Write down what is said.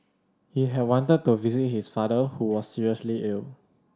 he had wanted to visit his father who was seriously ill